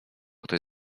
ktoś